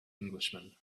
englishman